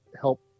help